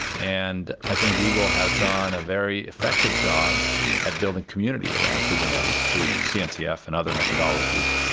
and i think google has done a very effective job at building community around kubernetes through cncf and other methodologies,